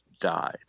died